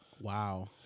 Wow